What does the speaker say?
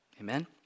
Amen